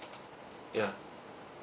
ya